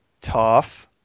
tough